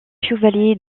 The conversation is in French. chevalier